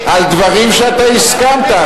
לדברים שאתה הסכמת?